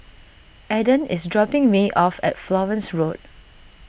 Adan is dropping me off at Florence Road